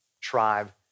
tribe